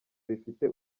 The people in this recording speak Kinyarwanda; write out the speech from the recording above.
bifite